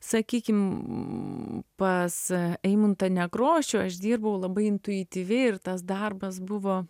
sakykim pas eimuntą nekrošių aš dirbau labai intuityviai ir tas darbas buvo